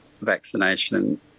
vaccination